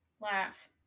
Laugh